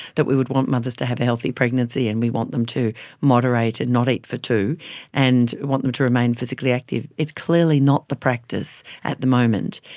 that we would want mothers to have a healthy pregnancy and we want them to moderate and not eat for two and want them to remain physically active, it is clearly not the practice at the moment.